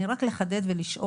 אני רק רוצה לחדד ולשאול,